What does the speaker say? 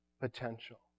potential